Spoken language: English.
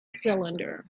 cylinder